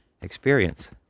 experience